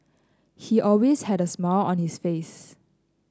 he always had a smile on his face